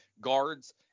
guards